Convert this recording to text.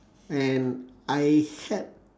and I had